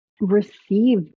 receive